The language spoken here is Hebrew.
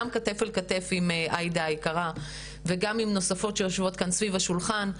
גם כתף אל כתף עם עאידה היקרה וגם עם נוספות שיושבות כאן סביב השולחן.